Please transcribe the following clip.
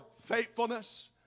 faithfulness